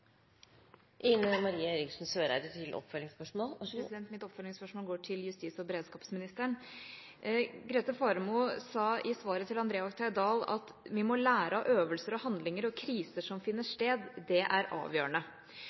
Ine M. Eriksen Søreide – til oppfølgingsspørsmål. Mitt oppfølgingsspørsmål går til justis- og beredskapsministeren. Grete Faremo sa i svaret til André Oktay Dahl at vi må lære av øvelser, handlinger og kriser som finner sted, og at det er avgjørende.